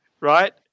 Right